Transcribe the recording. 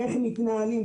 איך מתנהלים.